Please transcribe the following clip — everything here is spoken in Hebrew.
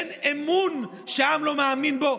העם לא מאמין בו.